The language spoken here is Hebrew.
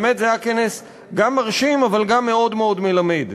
באמת זה היה כנס גם מרשים אבל גם מאוד מאוד מלמד.